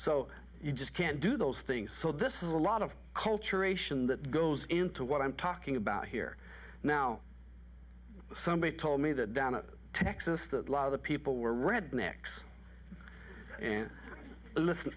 so you just can't do those things so this is a lot of culture ation that goes into what i'm talking about here now somebody told me that down in texas that lot of the people were rednecks listen